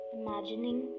imagining